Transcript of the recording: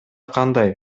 кандай